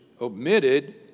omitted